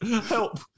help